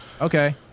Okay